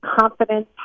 confidence